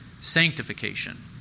sanctification